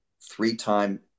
three-time